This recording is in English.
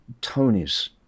Tony's